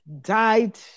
died